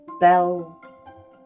bell